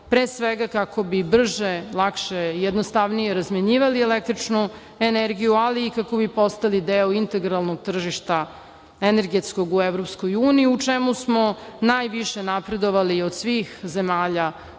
pre svega kako bi brže, lakše i jednostavnije razmenjivali električnu energiju, ali i kako bi postali deo integralnog tržišta energetskoj u EU u čemu smo najviše napredovali od svih zemalja